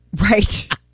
Right